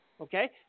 Okay